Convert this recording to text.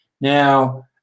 Now